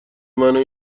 منو